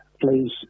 please